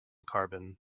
carbon